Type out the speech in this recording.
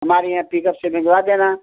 हमारे यहाँ पिकप से भिजवा देना